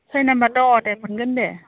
सय नाम्बार दङ दे मोनगोन दे